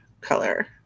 color